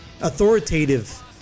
authoritative